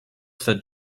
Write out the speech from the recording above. that